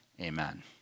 Amen